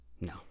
No